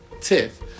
Tiff